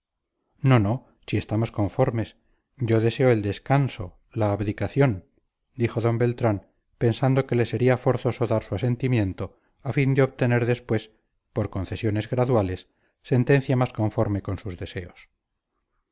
no no si estamos conformes yo deseo el descanso la abdicación dijo d beltrán pensando que le sería forzoso dar su asentimiento a fin de obtener después por concesiones graduales sentencia más conforme con sus deseos